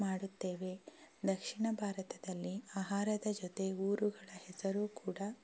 ಮಾಡುತ್ತೇವೆ ದಕ್ಷಿಣ ಭಾರತದಲ್ಲಿ ಆಹಾರದ ಜೊತೆ ಊರುಗಳ ಹೆಸರೂ ಕೂಡ